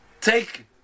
take